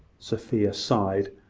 sophia sighed,